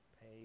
Pay